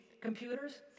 Computers